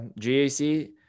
GAC